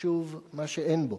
חשוב מה שאין בו.